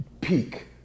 peak